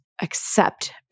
accept